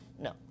No